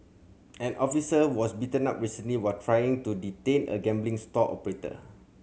an officer was beaten up recently while trying to detain a gambling stall operator